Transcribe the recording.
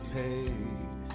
paid